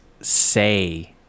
say